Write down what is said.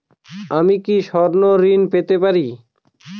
আমি কি স্বর্ণ ঋণ পেতে পারি?